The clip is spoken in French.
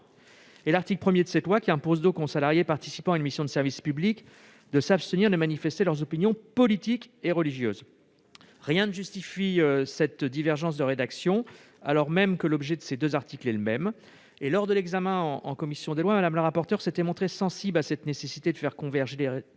d'autre part, qui impose aux salariés participant à une mission de service public de s'abstenir de manifester leurs opinions politiques et religieuses. Rien ne justifie cette différence de rédaction, alors même que l'objet de ces deux articles est le même. Lors de l'examen en commission des lois, Mme la rapporteure s'était montrée sensible à cette nécessité de faire converger les deux rédactions,